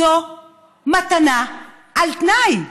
זו מתנה על תנאי,